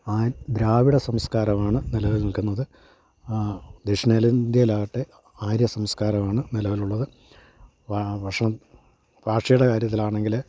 ദ്രാവിഡ സംസ്കാരമാണ് നിലനിൽക്കുന്നത് ദക്ഷിണേന്ത്യയിലാകട്ടെ ആര്യ സംസ്കാരമാണ് നിലവിലുള്ളത് ഭക്ഷണം ഭാഷയുടെ കാര്യത്തിലാണെങ്കിൽ